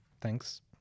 thanks